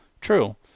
true